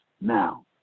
Now